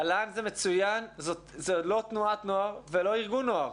תל"ן זה מצוין, זה לא תנועת נוער ולא ארגון נוער,